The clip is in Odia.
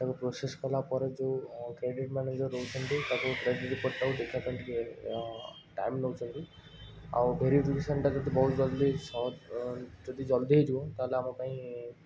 ଏବଂ ପ୍ରୋସେସ୍ କଲା ପରେ ଯେଉଁ କ୍ରେଡ଼ିଟ୍ ମ୍ୟାନେଜର୍ ରହୁଛନ୍ତି ତାକୁ କ୍ରେଡ଼ିଟ୍ ଦେଖିବାପାଇଁ ଟିକିଏ ଟାଇମ୍ ନେଉଛନ୍ତି ଆଉ ଭେରିଫିକେସନ୍ଟା ଯଦି ବହୁତ୍ ଜଲ୍ଦି ସତ୍ ଯଦି ଜଲ୍ଦି ହେଇଯିବ ତାହାଲେ ଆମ ପାଇଁ